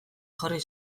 jarri